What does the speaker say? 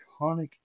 iconic